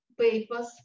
papers